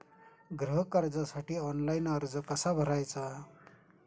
गृह कर्जासाठी ऑनलाइन अर्ज कसा भरायचा?